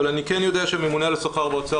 אבל אני כן יודע שהממונה על השכר באוצר